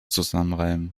zusammenreimen